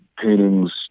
paintings